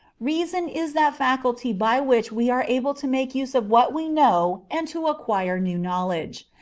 reason is that faculty by which we are able to make use of what we know and to acquire new knowledge.